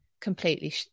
completely